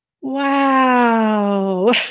wow